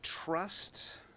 Trust